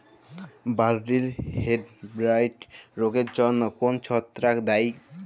বার্লির হেডব্লাইট রোগের জন্য কোন ছত্রাক দায়ী?